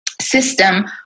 system